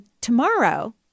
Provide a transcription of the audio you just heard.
tomorrow